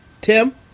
Tim